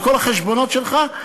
על כל החשבונות שלך,